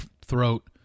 throat